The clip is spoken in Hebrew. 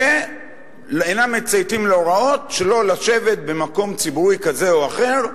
ואינם מצייתים להוראות שלא לשבת במקום ציבורי כזה או אחר,